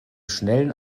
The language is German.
schnellen